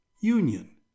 union